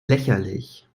lächerlich